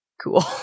cool